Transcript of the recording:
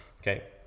Okay